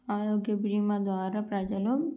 ఆరోగ్య బీమా ద్వారా ప్రజలు